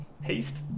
Haste